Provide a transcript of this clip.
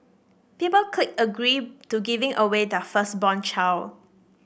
people clicked agree to giving away their firstborn child